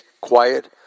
quiet